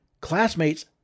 Classmates